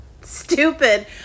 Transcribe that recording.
stupid